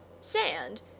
Sand